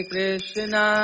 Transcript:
Krishna